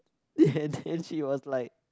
and then she was like